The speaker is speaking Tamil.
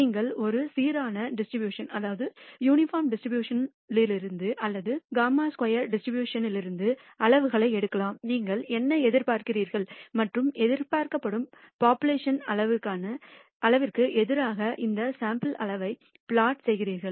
நீங்கள் ஒரு சீரான டிஸ்ட்ரிபியூஷன் லிருந்து அல்லது χ ஸ்கொயர் டிஸ்ட்ரிபியூஷன் லிருந்து அளவுகளை எடுக்கலாம் நீங்கள் என்ன எதிர்பார்க்கிறீர்கள் மற்றும் எதிர்பார்க்கப்படும் போப்புலேஷன் அளவுகளுக்கு எதிராக இந்த சாம்பிள் அளவுகளை பிளாட் செய்கிறீர்கள்